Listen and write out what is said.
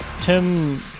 Tim